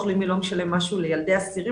הלאומי לא משלם משהו לילדי אסירים,